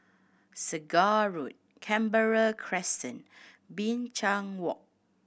Segar Road Canberra Crescent Binchang Walk